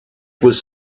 was